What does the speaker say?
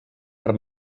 per